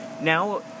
now